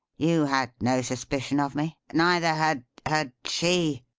you had no suspicion of me neither had had she,